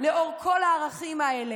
הרעים האלה,